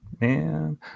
man